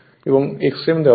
এবং Xm দেওয়া আছে